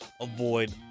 avoid